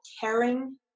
caring